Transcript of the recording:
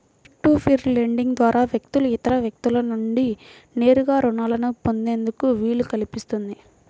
peer to peer lending ద్వారా వ్యక్తులు ఇతర వ్యక్తుల నుండి నేరుగా రుణాలను పొందేందుకు వీలు కల్పిస్తుంది